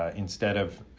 ah instead of